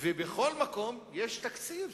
ובכל מקום יש תקציב.